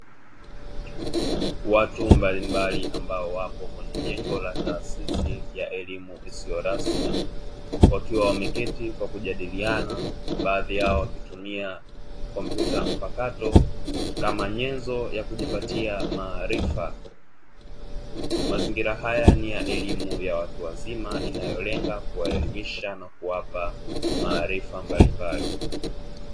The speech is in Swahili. Watu mbalimbali ambao wapo kwenye jengo la taasisi ya elimu isiyo rasmi, wakiwa wameketi kwa kujadiliana; baadhi yao wakitumia kompyuta mpakato kama nyenzo ya kujipatia maarifa. Mazingira haya ni ya elimu ya watu wazima, inayolenga kuwaelimisha na kuwapa maarifa mbalimbali.